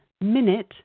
minute